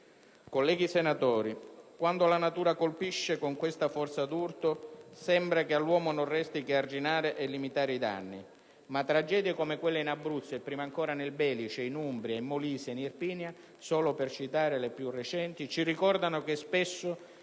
Colleghi senatori, quando la natura colpisce con questa forza d'urto sembra che all'uomo non resti che arginare e limitare i danni. Ma tragedie come quelle avvenute in Abruzzo e prima ancora nel Belice, in Umbria, in Molise, in Irpinia, solo per citare le più recenti, ci ricordano che spesso